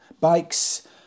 Bikes